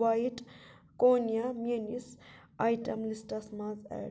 white کونیا میٛٲنِس item لِسٹَس منٛز اٮ۪ڈ